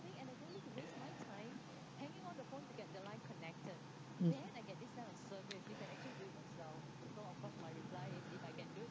mm